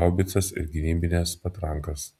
haubicas ir gynybines patrankas